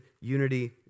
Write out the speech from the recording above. unity